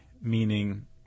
meaning